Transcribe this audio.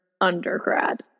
undergrad